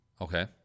Okay